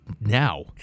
now